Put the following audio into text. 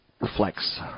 reflects